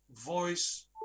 voice